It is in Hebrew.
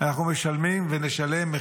אנחנו משלמים, ונשלם,